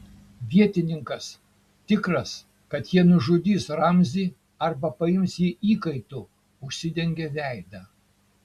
vietininkas tikras kad jie nužudys ramzį arba paims jį įkaitu užsidengė veidą